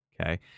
Okay